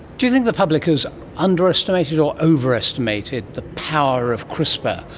do you think the public has underestimated or overestimated the power of crispr,